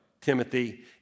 Timothy